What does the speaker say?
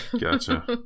Gotcha